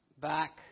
back